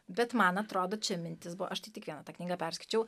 bet man atrodo čia mintis buvo aš tai tik vieną tą knygą perskaičiau